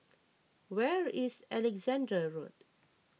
where is Alexandra Road